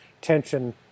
tension